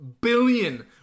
billion